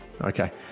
okay